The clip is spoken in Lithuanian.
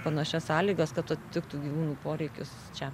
panašias sąlygas kad atitiktų gyvūnų poreikius čia